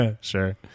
Sure